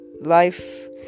life